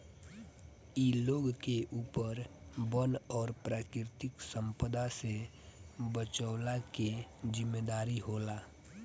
इ लोग के ऊपर वन और प्राकृतिक संपदा से बचवला के जिम्मेदारी होला